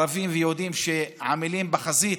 ערבים ויהודים, שעמלים בחזית,